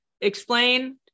explain